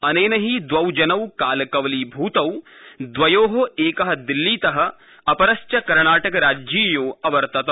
अनेन हि द्वौ जनौ कालकवलीभूतौ द्वयो एक दिल्लीत अपरश्च कर्णाटकराज्यीयो अवर्तत